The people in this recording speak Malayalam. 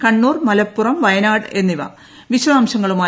കണ്ണൂർ മലപ്പുറം വയനാട് എന്നിവ വിശദാംശങ്ങളുമായി